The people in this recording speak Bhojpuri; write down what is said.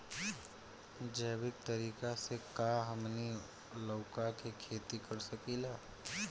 जैविक तरीका से का हमनी लउका के खेती कर सकीला?